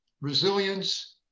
resilience